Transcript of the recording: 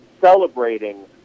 celebrating